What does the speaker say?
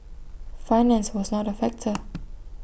finance was not A factor